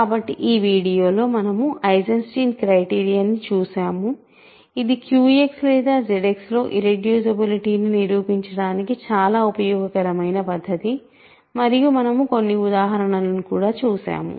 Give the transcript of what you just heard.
కాబట్టి ఈ వీడియోలో మనము ఐసెన్స్టీన్ క్రైటీరియన్ ని చూశాము ఇది QX లేదా ZX లో ఇర్రెడ్యూసిబులిటీ ని నిరూపించడానికి చాలా ఉపయోగకరమైన పద్దతి మరియు మనము కొన్ని ఉదాహరణలను కూడా చూశాము